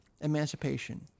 emancipation